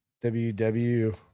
W-W